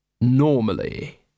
Normally